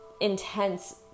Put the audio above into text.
intense